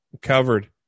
covered